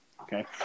Okay